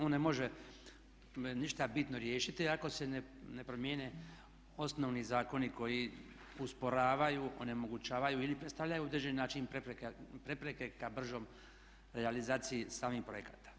On ne može ništa bitno riješiti ako se ne promijene osnovni zakoni koji usporavaju, onemogućavaju ili predstavljaju na određeni način prepreke ka bržem realizaciji samih projekata.